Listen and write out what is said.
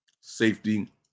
Safety